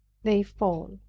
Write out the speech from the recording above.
they fall.